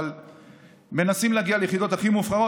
אבל מנסים להגיע ליחידות הכי מובחרות.